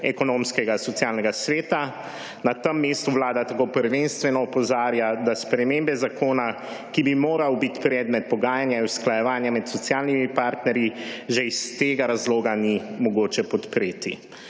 Ekonomsko-socialnega sveta. Na tem mestu vlada tako prvenstveno opozarja, da spremembe zakona, ki bi moral biti predmet pogajanja in usklajevanja med socialnimi partnerji, že iz tega razloga ni mogoče podpreti.